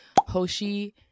Hoshi